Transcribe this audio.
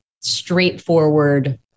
straightforward